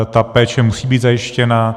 Ta péče musí být zajištěna.